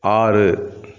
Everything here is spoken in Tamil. ஆறு